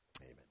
Amen